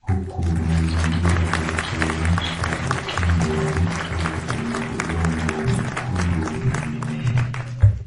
huku mazingira yakionyesha ukingo wa mto wenye udongo mwekundu na mimea.